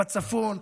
בצפון,